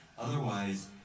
Otherwise